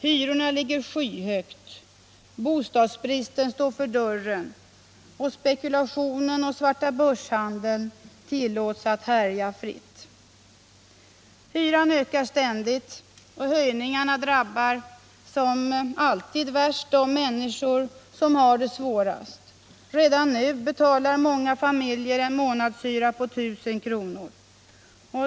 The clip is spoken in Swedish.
Hyrorna ligger skyhögt, bostadsbrist står för dörren och spekulationen och svartabörshandeln tillåts att härja fritt. 1. Hyran ökar ständigt, och höjningarna drabbar som alltid värst de människor som har det svårast. Redan nu betalar många familjer en månadshyra på 1000 kr.